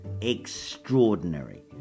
extraordinary